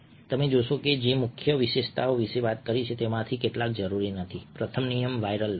તમે જોશો કે મેં જે મુખ્ય વિશેષતાઓ વિશે વાત કરી છે તેમાંના કેટલાક જરૂરી નથી કે પ્રથમ નિયમ વાયરલતા છે